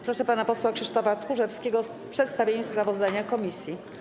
Proszę pana posła Krzysztofa Tchórzewskiego o przedstawienie sprawozdania komisji.